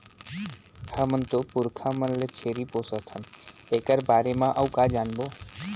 हमर तो पुरखा मन ले छेरी पोसत हन एकर बारे म अउ का जानबो?